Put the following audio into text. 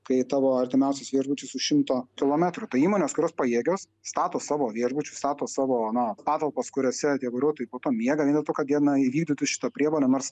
kai tavo artimiausias viešbutis už šimto kilometrų tai įmonės kurios pajėgios stato savo viešbučius stato savo na patalpas kuriose tie vairuotojai po to miega vien dėl to kad dieną įvykdytų šitą prievolę nors